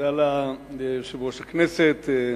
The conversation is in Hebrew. תודה ליושב-ראש הכנסת,